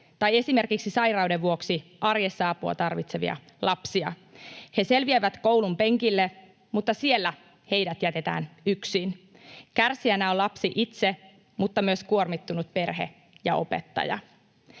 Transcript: tai esimerkiksi sairauden vuoksi arjessa apua tarvitsevia lapsia. He selviävät koulunpenkille, mutta siellä heidät jätetään yksin. Kärsijänä on lapsi itse mutta myös kuormittunut perhe ja opettaja.